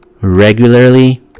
regularly